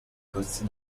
corsi